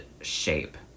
shape